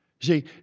See